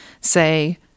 say